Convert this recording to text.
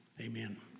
Amen